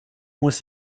muss